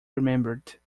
remembered